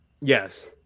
yes